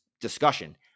discussion